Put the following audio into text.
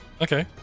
Okay